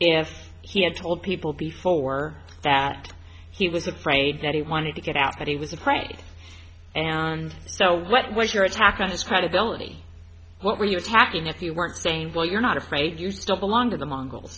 if he had told people before that he was afraid that he wanted to get out but he was acquitted and so what was your attack on his credibility what were you attacking if you weren't saying well you're not afraid you still belong to the mongols